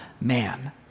man